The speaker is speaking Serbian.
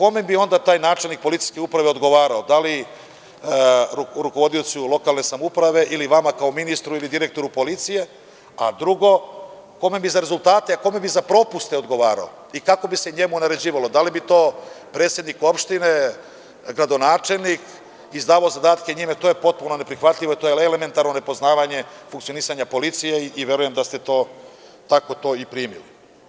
Onda bi taj načelnik policijske uprave odgovarao da li rukovodiocu lokalne samouprave ili vama kao ministru ili direktoru policije, a drugo, kome bi za propuste odgovarao i kako bi se njemu naređivalo, da li bi to predsednik opštine, gradonačelnik izdavao zadatke njima to je potpuno neprihvatljivo, to je elementarno nepoznavanje funkcionisanja policije i verujem da ste tako to i primili.